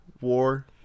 war